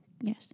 yes